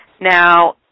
Now